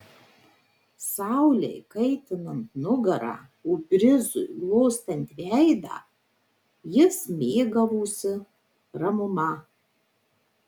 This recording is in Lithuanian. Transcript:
saulei kaitinant nugarą o brizui glostant veidą jis mėgavosi ramuma